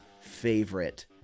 favorite